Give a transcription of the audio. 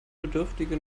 bedürftige